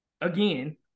Again